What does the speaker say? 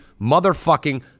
motherfucking